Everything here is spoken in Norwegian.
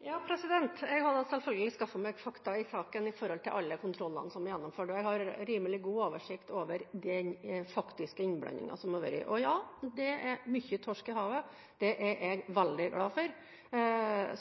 Jeg har selvfølgelig skaffet meg fakta i saken når det gjelder alle kontrollene som er gjennomført, og jeg har rimelig god oversikt over den faktiske innblandingen som har vært. Og ja, det er mye torsk i havet. Det er jeg veldig glad for.